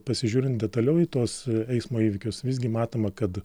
pasižiūrin detaliau į tuos eismo įvykius visgi matoma kad